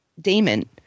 Damon